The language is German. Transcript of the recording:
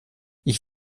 ich